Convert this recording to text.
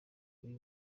ibi